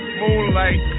moonlight